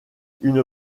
une